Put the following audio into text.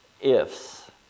ifs